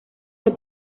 fue